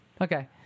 Okay